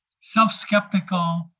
self-skeptical